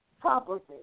property